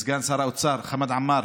סגן שר האוצר, חמד עמר,